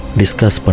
discuss